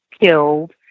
killed